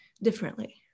differently